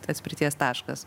atspirties taškas